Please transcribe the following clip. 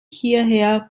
hierher